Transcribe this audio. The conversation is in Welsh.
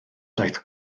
daeth